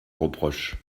reproche